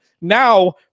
Now